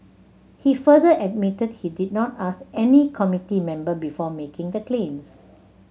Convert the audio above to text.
he further admitted he did not ask any committee member before making the claims